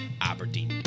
Aberdeen